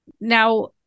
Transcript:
now